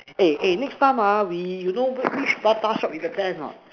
a a next time ah we you know which prata shop is the best not